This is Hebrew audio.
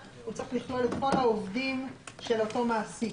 הוא צריך לכלול את כל העובדים של אותו מעסיק.